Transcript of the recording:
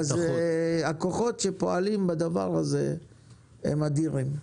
הכוחות שפועלים בדבר הזה הם אדירים.